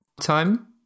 time